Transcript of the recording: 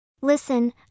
Listen